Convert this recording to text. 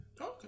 Okay